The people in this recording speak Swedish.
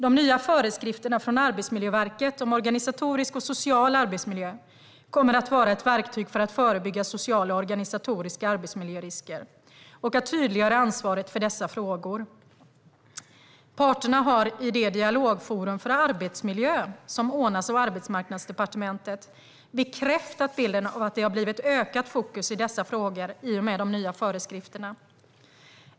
De nya föreskrifterna från Arbetsmiljöverket om organisatorisk och social arbetsmiljö kommer att vara ett verktyg för att förebygga sociala och organisatoriska arbetsmiljörisker och att tydliggöra ansvaret för dessa frågor. Parterna har i det dialogforum för arbetsmiljö som ordnas av Arbetsmarknadsdepartementet bekräftat bilden av att det har blivit ökat fokus på dessa frågor i och med de nya föreskrifterna.